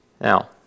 Now